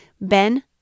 Ben